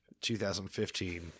2015